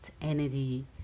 energy